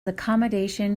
accommodation